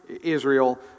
Israel